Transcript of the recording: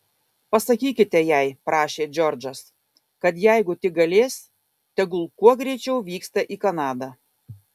pasakykite jai prašė džordžas kad jeigu tik galės tegul kuo greičiau vyksta į kanadą